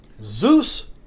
Zeus